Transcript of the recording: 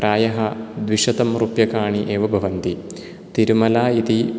प्रायः द्विशतं रूप्यकाणि एव भवन्ति तिरुमला इति